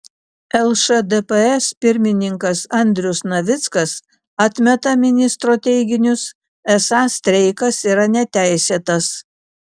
lšdps pirmininkas andrius navickas atmeta ministro teiginius esą streikas yra neteisėtas